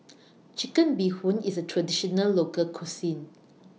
Chicken Bee Hoon IS A Traditional Local Cuisine